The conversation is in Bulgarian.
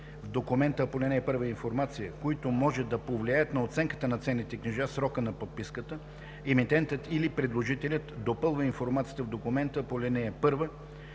в документа по ал. 1 информация, които може да повлияят на оценката на ценните книжа в срока на подписката, емитентът или предложителят допълва информацията в документа по ал. 1